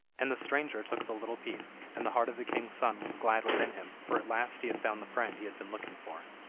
and the stranger took the little piece, and the heart of the king's son was glad within him, for at last he had found the friend he had been looking for.